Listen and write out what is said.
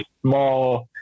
small